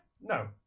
No